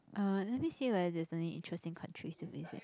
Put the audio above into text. uh let me see whether there's any interesting countries to visit